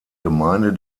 gemeinde